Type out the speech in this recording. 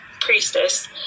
priestess